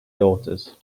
daughters